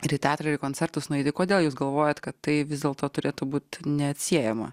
ir į teatrą ir į koncertus nueiti kodėl jūs galvojat kad tai vis dėlto turėtų būt neatsiejama